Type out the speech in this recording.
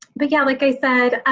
but yeah like i said,